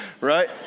right